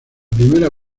primera